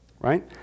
right